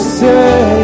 say